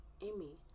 Amy